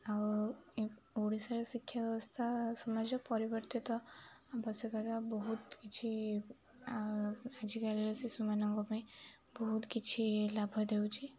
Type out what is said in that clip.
ଆଉ ଓଡ଼ିଶାର ଶିକ୍ଷା ବ୍ୟବସ୍ଥା ସମାଜ ପରିବର୍ତ୍ତିତ ଆବଶ୍ୟକତା ବହୁତ କିଛି ଆଜିକାଲିର ଶିଶୁମାନଙ୍କ ପାଇଁ ବହୁତ କିଛି ଲାଭ ଦେଉଛି